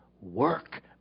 work